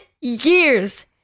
years